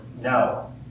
No